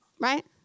Right